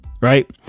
right